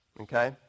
Okay